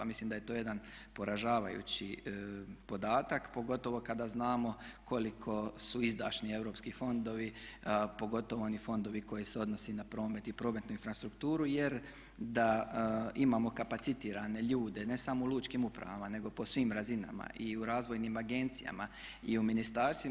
Mislim da je to jedan poražavajući podatak, pogotovo kada znamo koliko su izdašni europski fondovi, pogotovo oni fondovi koji se odnose na promet i prometnu infrastrukturu jer da imamo kapacitirane ljude ne samo u lučkim upravama nego po svim razinama i u razvojnim agencijama i u ministarstvima.